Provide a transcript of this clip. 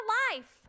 life